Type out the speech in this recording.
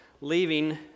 leaving